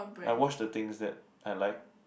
I watch the things that I like